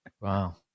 Wow